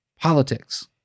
politics